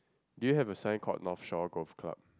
do you have a sign code north show golf club